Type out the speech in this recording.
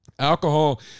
Alcohol